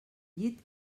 llit